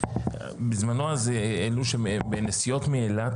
בזמנו העלו את הנסיעות מאילת,